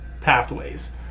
pathways